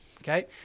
okay